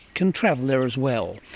can travel there as well.